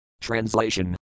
Translation